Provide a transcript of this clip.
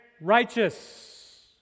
righteous